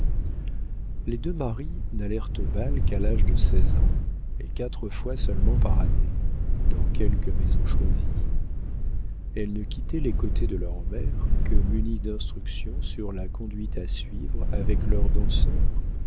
les deux marie n'allèrent au bal qu'à l'âge de seize ans et quatre fois seulement par année dans quelques maisons choisies elles ne quittaient les côtés de leur mère que munies d'instructions sur la conduite à suivre avec leurs danseurs